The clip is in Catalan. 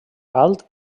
alt